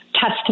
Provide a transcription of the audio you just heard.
test